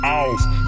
off